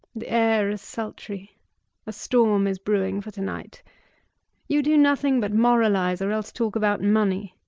the air is sultry a storm is brewing for to-night. you do nothing but moralise or else talk about money.